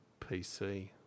PC